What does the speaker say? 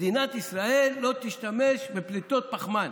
מדינת ישראל לא תשתמש בפליטות פחמן.